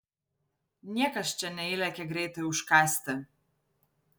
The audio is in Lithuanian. niekas čia neįlekia greitai užkąsti